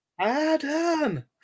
Adam